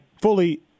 fully